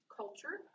culture